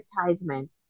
advertisement